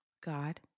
God